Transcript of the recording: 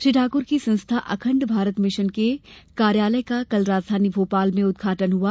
श्री ठाकुर की संस्था अखंड भारत मिशन के कार्यालय का कल राजधानी भोपाल में उद्घाटन हुआ